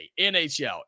NHL